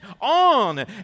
on